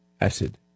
acid